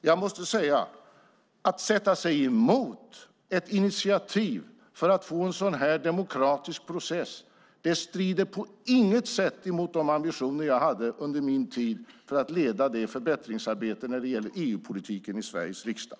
Jag måste säga: Att sätta sig emot ett initiativ för att få en sådan här demokratisk process strider på inget sätt mot de ambitioner jag under min tid hade för att leda förbättringsarbetet när det gäller EU-politiken i Sveriges riksdag.